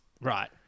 Right